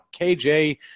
KJ